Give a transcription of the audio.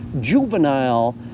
juvenile